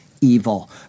evil